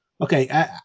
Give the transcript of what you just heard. Okay